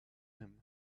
him